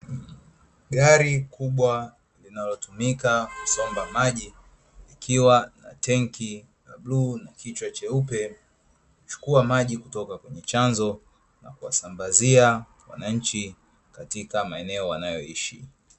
Gari kubwa linalotumika kusomba maji, likiwa na tenki la bluu na kichwa cheupe, huchukua maji kutoka kwenye chanzo na kuwasambazia wananchi katika maeneo wanayoishi.